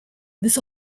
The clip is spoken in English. this